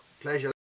Pleasure